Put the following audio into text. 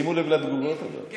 תשימו לב לתגובות, אבל.